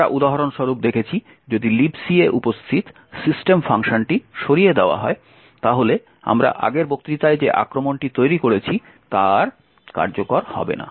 আমরা উদাহরণ স্বরূপ দেখেছি যদি Libc এ উপস্থিত system ফাংশনটি সরিয়ে দেওয়া হয় তাহলে আমরা আগের বক্তৃতায় যে আক্রমণটি তৈরি করেছি তা আর কার্যকর হবে না